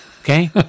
okay